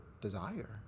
desire